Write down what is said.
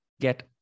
get